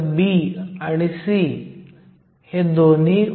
हे Ev आहे हे Ec आहे हे Ec हे Ev आहे